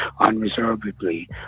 unreservedly